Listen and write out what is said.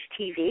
TV